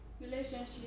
Relationship